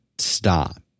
stop